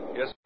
Yes